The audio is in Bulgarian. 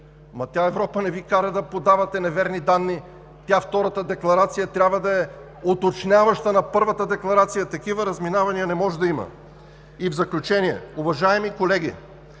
тя – Европа, не Ви кара да подавате неверни данни. Втората декларация трябва да е уточняваща на първата и такива разминавания не може да има. И в заключение, уважаеми колеги,